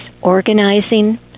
Organizing